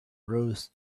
rows